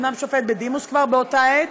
אומנם כבר שופט בדימוס באותה עת,